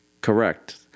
Correct